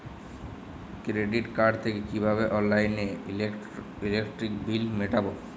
Credit card থেকে কিভাবে অনলাইনে ইলেকট্রিক বিল মেটাবো?